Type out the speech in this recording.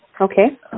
Okay